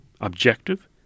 objective